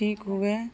ٹھیک ہوئے